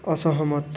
असहमत